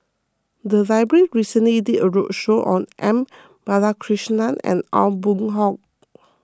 the library recently did a roadshow on M Balakrishnan and Aw Boon Haw